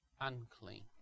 unclean